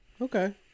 Okay